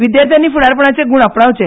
विद्याथ्यांनी फुडारपणाचे गूण आपणावचे